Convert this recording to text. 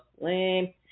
lame